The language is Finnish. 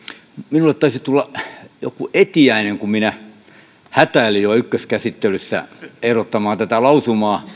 minulle taisi tulla joku etiäinen kun minä hätäilin jo ykköskäsittelyssä ehdottamaan tätä lausumaa